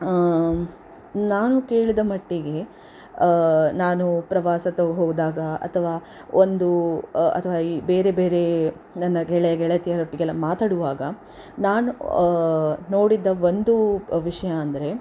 ನಾನು ಕೇಳಿದ ಮಟ್ಟಿಗೆ ನಾನು ಪ್ರವಾಸದ ಹೋದಾಗ ಅಥವಾ ಒಂದು ಅಥವಾ ಈ ಬೇರೆ ಬೇರೆ ನನ್ನ ಗೆಳಯ ಗೆಳತಿಯರೊಟ್ಟಿಗೆ ಎಲ್ಲ ಮಾತಡುವಾಗ ನಾನು ನೋಡಿದ ಒಂದು ವಿಷಯ ಅಂದ್ರೆ